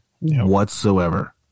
whatsoever